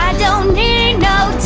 ah don't need